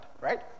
right